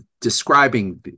describing